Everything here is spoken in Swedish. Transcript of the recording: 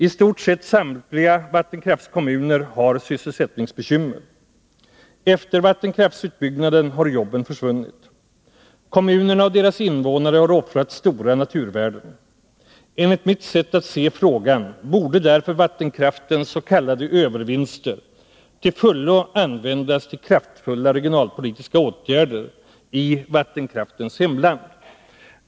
I stort sett samtliga ”vattenkraftskommuner” har sysselsättningsbekymmer. Efter vattenkraftsutbyggnaden har jobben försvunnit. Kommunerna och deras invånare har offrat stora naturvärden. Enligt mitt sätt att se frågan borde därför vattenkraftens s.k. övervinster till fullo användas till kraftfulla regionalpolitiska åtgärder i ”vattenkraftens hemland”.